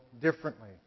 differently